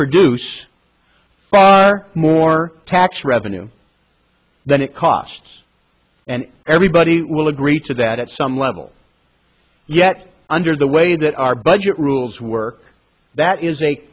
produce far more tax revenue than it costs and everybody will agree to that at some level yet under the way that our budget rules work that is